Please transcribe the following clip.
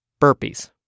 burpees